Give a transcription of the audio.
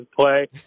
play